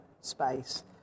space